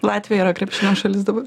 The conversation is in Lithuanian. latvija yra krepšinio šalis dabar